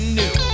new